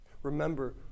Remember